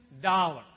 dollars